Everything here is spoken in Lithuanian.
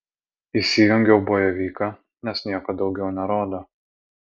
įsijungiau bojevyką nes nieko daugiau nerodo